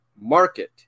market